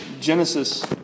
Genesis